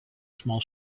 small